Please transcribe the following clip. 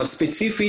ספציפית,